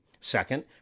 Second